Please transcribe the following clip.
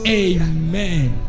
amen